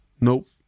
Nope